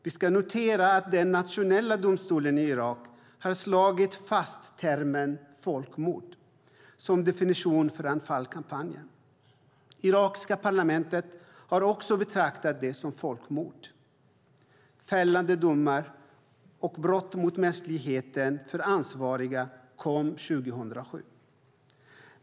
Vi ska notera att den nationella domstolen i Irak har slagit fast termen folkmord som definition för Anfalkampanjen. Irakiska parlamentet har också betraktat det som folkmord. Fällande domar om brott mot mänskligheten för ansvariga kom 2007.